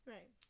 Right